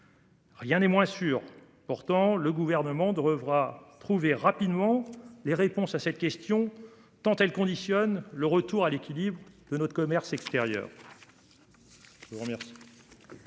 Rien n'est moins sûr pourtant, le gouvernement devra trouver rapidement les réponses à cette question tant elle conditionne le retour à l'équilibre de notre commerce extérieur.